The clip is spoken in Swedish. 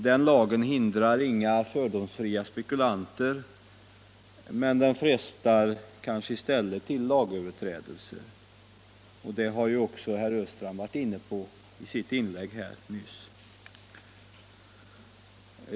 Den lagen hindrar inga fördomsfria spekulanter, men den frestar kanske i stället till lagöverträdelser. Det har ju herr Östrand också berört i sitt inlägg nyss.